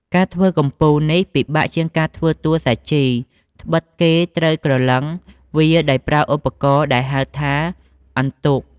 ការធ្វើកំពូលនេះ ពិបាកជាងការធ្វើតួសាជី ដ្បិតគេត្រូវក្រឡឹងវាដោយប្រើឧបករណ៍ដែលហៅថាអន្ទោក។